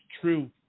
true